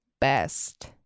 best